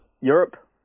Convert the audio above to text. Europe